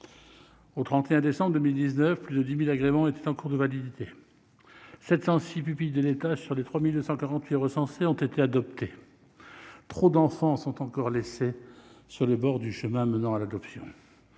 Au 31 décembre 2019, plus de 10 000 agréments étaient en cours de validité, mais 706 pupilles de l'État seulement sur les 3 248 recensés ont été adoptés. Trop d'enfants sont encore laissés sur le bord du chemin menant à l'adoption.